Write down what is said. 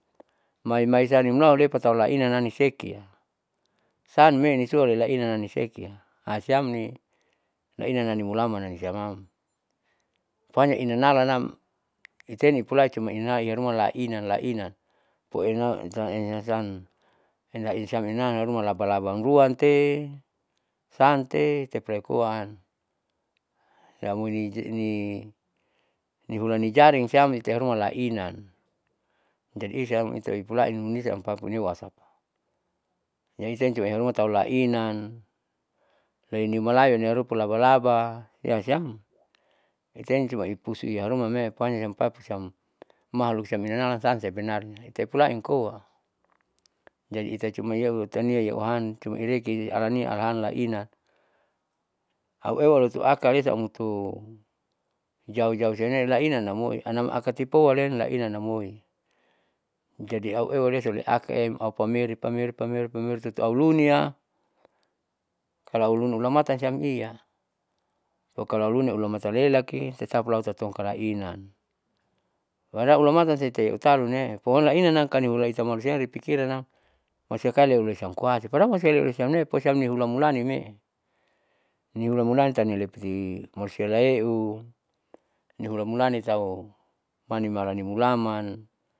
Mai maisa nimulahu lepatau maina niseki, sanme nisulainanam nisekea siam ni laina lanimulaman siamam. Ponya inanalanam itae nipulai cuman inana'i yaharuma laina laina labalaba amruante, sante tapi ipulaikoaam siamuni ini nihlani jaring siam iteharuma laina. jadi isiam itai pulain munisaam papuneu asapa yahuten iharuma tau lainan loini malayu inarupanam laba laba siam sian iataen cuma ipusu iaharumee ponya siam papati siam malu siam inanalan san sebenarnya ita'e pulainkoa jadi ita cuma iyaeu lotonia iyauhan cuma ireke sialania alahan laina. auewa loto aka lesa amutu jau jauh siane laina amoi anam akatipoalen laina amaoi. Jadi auwalesa oleakaem pameri pameri pameri pameri tutuau lunia kaloa uluni ulamatam siam iya pokalo auluni ulamatalelaki tetap lau tatongka lainan. alaulamatan siite utalune'e ponya lainanam kalo ina itamalu siam ripikiranam malusia kalo au lesiam koasi padahal masele loisiamne hulamulaninee nihulamulanin tauni lepeti malusia laheu nihula mulani tahu manimalani mulaman.